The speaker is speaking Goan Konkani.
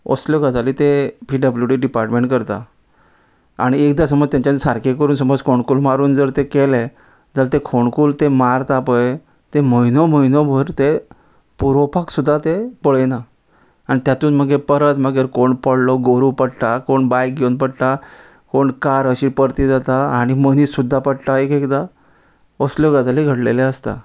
असल्यो गजाली ते पी डब्ल्यू डिपार्टमेंट करता आनी एकदां समोज तेंच्यानी सारके करून समोज खोणकूल मारून जर ते केले जाल्या ते खोणकूल ते मारता पय ते म्हयनो म्हयनो भर ते पुरोवपाक सुद्दा ते पळयना आनी तातूंत मागीर परत मागीर कोण पडलो गोरू पडटा कोण बायक घेवन पडटा कोण कार अशी परती जाता आनी मनीस सुद्दा पडटा एक एकदा असल्यो गजाली घडलेल्यो आसता